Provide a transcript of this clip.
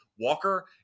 Walker